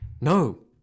no